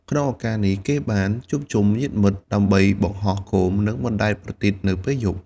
ក្នុងឱកាសនេះ គេបានជួបជុំញាតិមិត្តដើម្បីបង្ហោះគោម និងបណ្ដែតប្រទីបនៅពេលយប់។